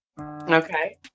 Okay